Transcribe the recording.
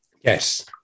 Yes